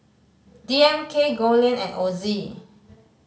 D M K Goldlion and Ozi